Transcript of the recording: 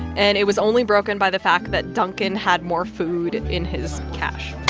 and it was only broken by the fact that duncan had more food in his cache